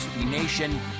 Nation